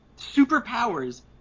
superpowers